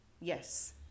Yes